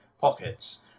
pockets